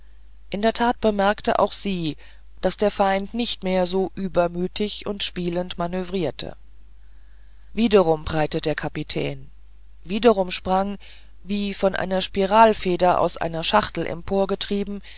in der tat bemerkte auch sie daß der feind nicht mehr so übermütig und spielend manövrierte wiederum preite der kapitän wiederum sprang wie von einer spiralfeder aus einer schachtel